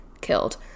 killed